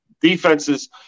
defenses